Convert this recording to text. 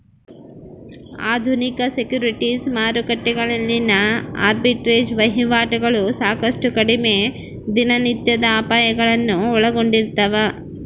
ಆಧುನಿಕ ಸೆಕ್ಯುರಿಟೀಸ್ ಮಾರುಕಟ್ಟೆಗಳಲ್ಲಿನ ಆರ್ಬಿಟ್ರೇಜ್ ವಹಿವಾಟುಗಳು ಸಾಕಷ್ಟು ಕಡಿಮೆ ದಿನನಿತ್ಯದ ಅಪಾಯಗಳನ್ನು ಒಳಗೊಂಡಿರ್ತವ